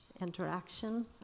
interaction